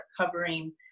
covering